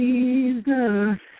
Jesus